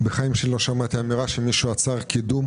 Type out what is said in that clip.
בחיים שלי לא שמעתי אמירה שמישהו עצר קידום